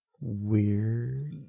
weird